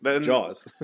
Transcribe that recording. Jaws